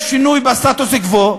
יש שינוי בסטטוס-קוו.